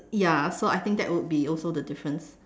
ya so I think that would also be the difference